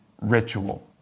ritual